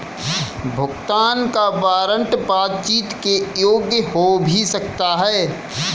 भुगतान का वारंट बातचीत के योग्य हो भी सकता है